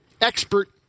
expert